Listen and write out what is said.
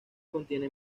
contiene